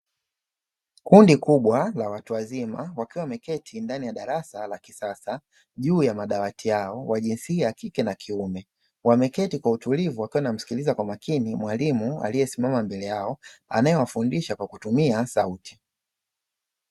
Kundi kubwa la watu wazima wakiwa wameketi ndani ya darasa la kisasa juu ya madawati yao wa jinsia ya kike na kiume. Wameketi kwa utulivu wakiwa wanamsikiliza kwa makini mwalimu aliyesimama mbele yao anayewafundisha kwa kutumia sauti.